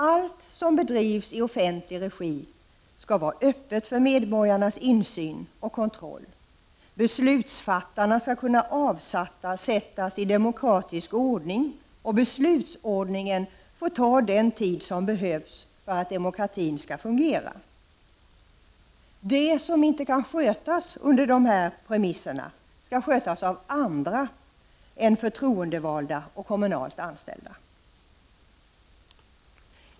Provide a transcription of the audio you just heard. Allt som bedrivs i offentlig regi skall vara öppet för medborgarnas insyn och kontroll, beslutsfattarna skall kunna avsättas i demokratisk ordning. Beslutsordningen får ta den tid som behövs för att demokratin skall fungera. Det som inte kan skötas på sådana premisser skall skötas av andra än förtroendevalda och kommunalt anställda.